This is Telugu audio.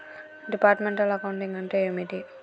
డిపార్ట్మెంటల్ అకౌంటింగ్ అంటే ఏమిటి?